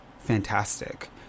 fantastic